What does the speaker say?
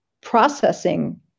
processing